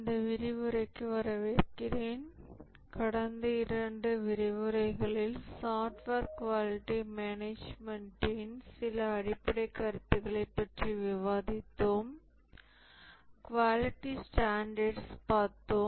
இந்த விரிவுரைக்கு வரவேற்கிறேன் கடந்த இரண்டு விரிவுரைகளில் சாஃப்ட்வேர் குவாலிட்டி மேனேஜ்மென்ட்டின் சில அடிப்படைக் கருத்துகளைப் பற்றி விவாதித்தோம் குவாலிட்டி ஸ்டாண்டர்ட்ஸ் பார்த்தோம்